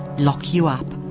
lock you up,